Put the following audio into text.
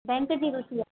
bank जी रुची आहे